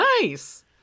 Nice